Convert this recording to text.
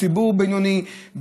בציבור בינוני,